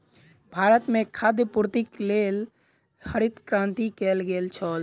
भारत में खाद्य पूर्तिक लेल हरित क्रांति कयल गेल छल